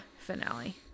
Finale